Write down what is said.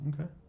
okay